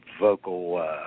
vocal